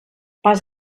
pas